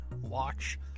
watch